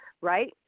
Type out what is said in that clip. right